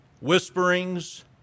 whisperings